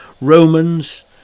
Romans